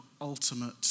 ultimate